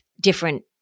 different